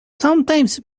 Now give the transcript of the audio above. sometimes